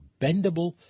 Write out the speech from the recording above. bendable